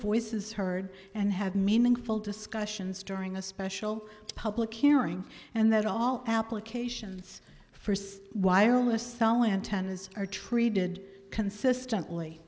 voices heard and have meaningful discussions during a special public hearing and that all applications for says wireless cell antennas are treated consistently